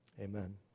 Amen